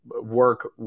work